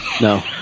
no